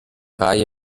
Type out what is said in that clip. reihe